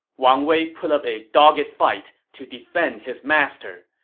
wang wei put up a dogged fight to defend his master,